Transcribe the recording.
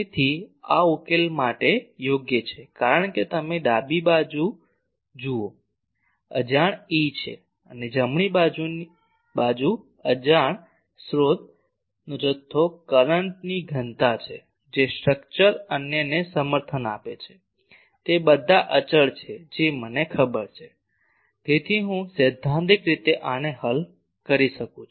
તેથી આ ઉકેલો માટે યોગ્ય છે કારણ કે તમે જુઓ ડાબી બાજુ અજાણ E છે અને જમણી બાજુની બાજુ અજાણ સ્ત્રોત જથ્થો કરંટ ની ઘનતા છે જે સ્ટ્રક્ચર અન્યને સમર્થન આપે છે તે બધા અચળ છે જે મને ખબર છે તેથી હું સૈદ્ધાંતિક રીતે આને હલ કરી શકું છું